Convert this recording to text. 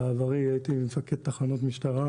בעברי הייתי מפקד תחנות משטרה,